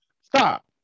Stop